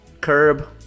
curb